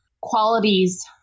qualities